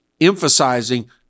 emphasizing